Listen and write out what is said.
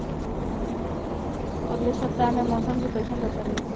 अलगे सपतआह में मौसम के कइसन दशा रही?